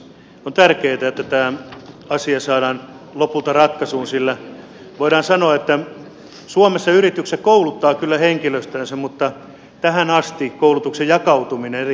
on tärkeätä että tämä asia saadaan lopulta ratkaisuun sillä voidaan sanoa että suomessa yritykset kouluttavat kyllä henkilöstöänsä mutta tähän asti koulutuksen jakautuminen eri henkilöstöryhmittäin on ollut hyvin kirjavaa